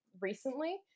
recently